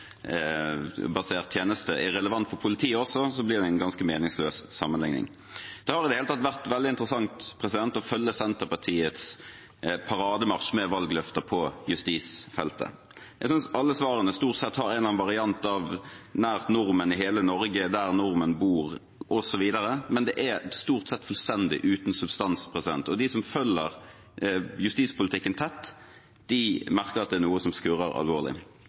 tjeneste er relevant for politiet også, blir dette en meningsløs sammenligning. Det har i det hele tatt vært veldig interessant å følge Senterpartiets parademarsj med valgløfter på justisfeltet. Jeg synes alle svarene stort sett har en variant av nær nordmenn i hele Norge, der nordmenn bor osv., men det er stort sett fullstendig uten substans. De som følger justispolitikken tett, merker at det er noe som skurrer alvorlig.